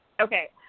Okay